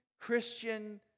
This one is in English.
Christian